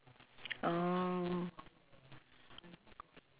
bukit panjang I can go bangkit I can go teck whye